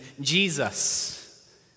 Jesus